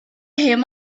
him